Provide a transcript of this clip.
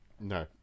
No